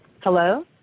Hello